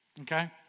okay